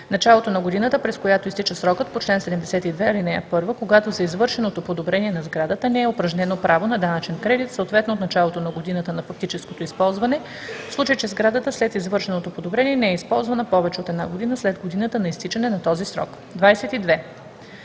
началото на годината, през която изтича срокът по чл. 72, ал. 1, когато за извършеното подобрение на сградата не е упражнено право на данъчен кредит, съответно от началото на годината на фактическото използване, в случай че сградата след извършеното подобрение не е използвана повече от една година след годината на изтичане на този срок.“ 22.